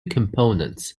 components